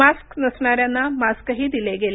mask नसणाऱ्यांना मास्कही दिले गेले